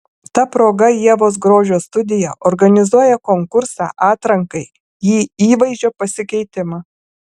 ta proga ievos grožio studija organizuoja konkursą atrankai į įvaizdžio pasikeitimą